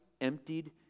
emptied